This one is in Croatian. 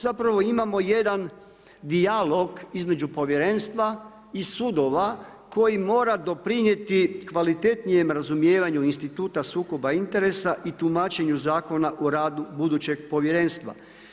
Zapravo imamo jedan dijalog između povjerenstva i sudova koji mora doprinijeti kvalitetnijem razumijevanju instituta sukoba interesa i tumačenju Zakona o radu budućeg povjerenstva.